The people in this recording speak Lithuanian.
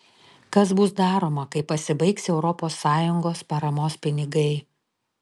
kas bus daroma kai pasibaigs europos sąjungos paramos pinigai